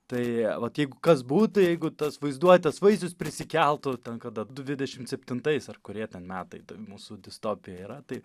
tai vat jeigu kas būtų jeigu tas vaizduotės vaisius prisikeltų ten kada dvidešimt septintais ar kurie ten metai toj mūsų distopijoj yra tai